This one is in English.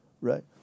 right